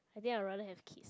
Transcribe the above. but then I rather have kids